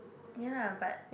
ya lah but